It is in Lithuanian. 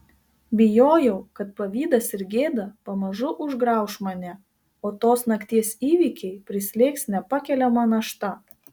bijojau kad pavydas ir gėda pamažu užgrauš mane o tos nakties įvykiai prislėgs nepakeliama našta